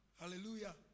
Hallelujah